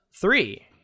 three